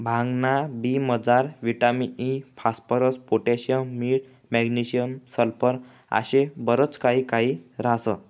भांगना बी मजार विटामिन इ, फास्फरस, पोटॅशियम, मीठ, मॅग्नेशियम, सल्फर आशे बरच काही काही ह्रास